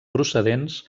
procedents